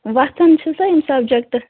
وۅتھان چھُسا یہِ سَبجکٹہٕ